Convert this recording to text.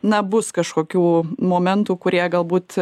na bus kažkokių momentų kurie galbūt